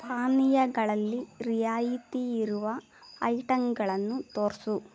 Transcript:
ಪಾನೀಯಗಳಲ್ಲಿ ರಿಯಾಯಿತಿಯಿರುವ ಐಟಂಗಳನ್ನು ತೋರಿಸು